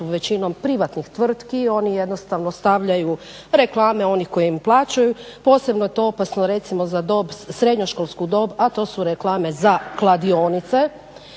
većinom privatnih tvrtki, oni jednostavno stavljaju reklame onih koji im plaćaju, posebno je to opasno, recimo za dob, srednjoškolsku dob, a to su reklame za kladionice